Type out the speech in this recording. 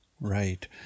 Right